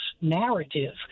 narrative